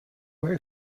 were